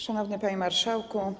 Szanowny Panie Marszałku!